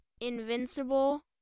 Invincible